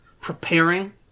Preparing